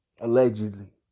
Allegedly